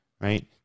right